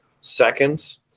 seconds